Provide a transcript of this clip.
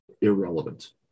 irrelevant